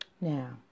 Now